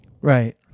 Right